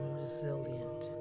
resilient